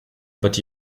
but